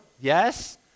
yes